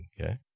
Okay